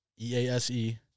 E-A-S-E